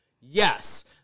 Yes